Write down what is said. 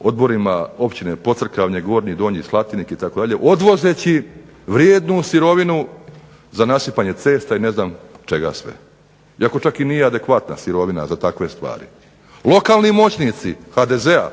odborima Općine Pocrkavlje, Gornji i Donji Slatinik itd., odvozeći vrijednu sirovinu za nasipanje cesta i ne znam čega sve, iako čak i nije adekvatna sirovina za takve stvari. Lokalni moćnici HDZ-a